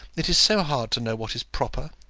it is so hard to know what is proper.